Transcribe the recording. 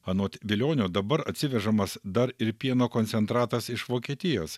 anot vilionio dabar atsivežamas dar ir pieno koncentratas iš vokietijos